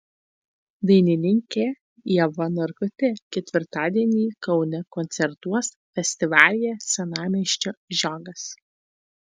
dainininkė ieva narkutė ketvirtadienį kaune koncertuos festivalyje senamiesčio žiogas